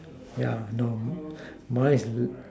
yeah no mine is this